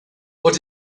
what